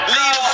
Leave